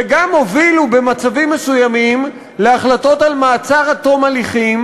וגם הובילו במצבים מסוימים להחלטות על מעצר עד תום הליכים